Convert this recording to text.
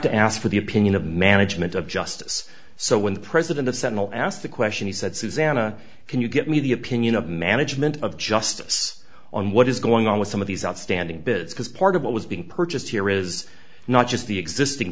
to ask for the opinion of management of justice so when the president of central asked the question he said susanna can you give me the opinion of management of justice on what is going on with some of these outstanding bids because part of what was being purchased here is not just the existing